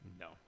No